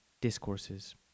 discourses